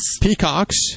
Peacocks